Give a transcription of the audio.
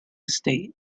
estate